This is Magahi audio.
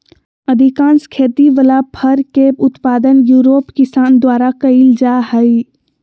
अधिकांश खेती वला फर के उत्पादन यूरोप किसान द्वारा कइल जा हइ